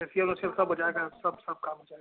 facial ओसियल सब हो जाएगा सब सब काम हो जाएगा